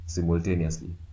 Simultaneously